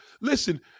listen